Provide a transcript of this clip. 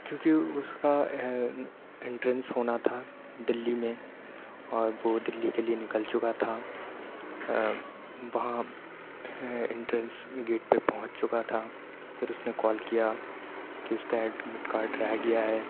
کیونکہ اُس کا انٹرنس ہونا تھا دلّی میں اور وہ دلّی کے لیے نکل چُکا تھا وہاں انٹرنس گیٹ پہ پہنچ چُکا تھا پھر اُس نے کال کیا کہ اُس کا ایڈمٹ کارڈ رہ گیا ہے